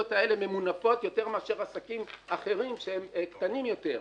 הפירמידות האלה ממונפות יותר מאשר עסקים אחרים שהם קטנים יותר.